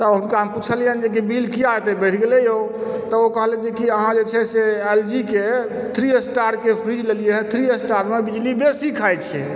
तऽ हुनका हम पुछलियनि जे बिल अत्ते किया बढ़ि गेले यौ तऽ ओ कहलैथ अहाँ जे छे सऽ एल जी के थ्री स्टार के फ्रिज लेलिएहै थ्री स्टार मे बिजली बेसी खाइ छै